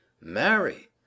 Marry